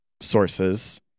sources